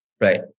Right